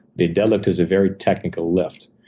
the deadlift is a very technical lift.